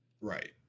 Right